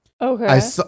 Okay